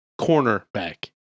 Cornerback